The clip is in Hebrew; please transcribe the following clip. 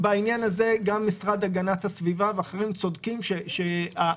בעניין הזה גם משרד הגנת להגנת הסביבה ואחרים צודקים שהחומר